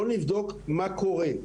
נבדוק מה קורה.